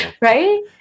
right